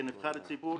כנבחר ציבור,